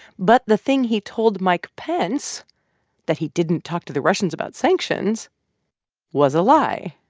but the thing he told mike pence that he didn't talk to the russians about sanctions was a lie.